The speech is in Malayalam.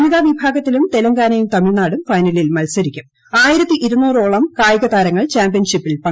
വനിതാ വിഭാഗത്തിലും തെലങ്കാനയും തമിഴ്നാടും ഫൈനലിൽ ഓളം കായികതാരങ്ങൾ ചാമ്പ്യൻഷിപ്പിൽ മത്സരിക്കും